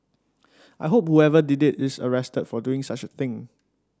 I hope whoever did it is arrested for doing such a thing